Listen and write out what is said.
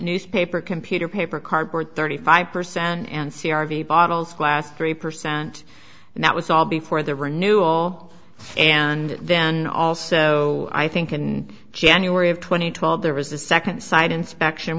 newspaper computer paper cardboard thirty five percent and c r v bottles glass three percent and that was all before the renewal and then also i think in january of two thousand and twelve there was a second site inspection